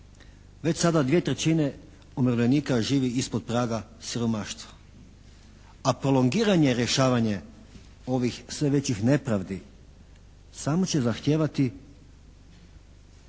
Već sada dvije trećine umirovljenika živi ispod praga siromaštva. A prolongiranje rješavanja ovih sve većih nepravdi samo će zahtijevati